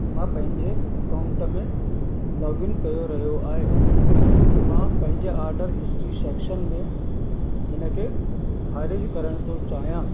मां पंहिंजे अकाउंट में लॉगिन कयो रहियो आहे मां पंहिंजे ऑडर हिस्ट्री सेक्शन में हिनखे ख़ारिजु करणु थो चाहियां